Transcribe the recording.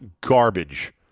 garbage